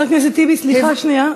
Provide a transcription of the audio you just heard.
חבר הכנסת טיבי, סליחה שנייה.